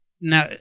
Now